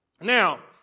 Now